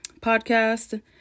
podcast